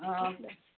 ହଁ